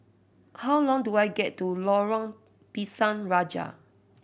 how long do I get to Lorong Pisang Raja